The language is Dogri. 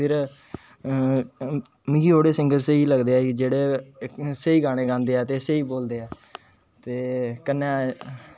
फिर मिगी ओह् आहले सिंगर स्हेई लगदे ऐ जेहडे स्हेई गाने गांदे है ते स्हेई बोलदे ऐ ते कन्ने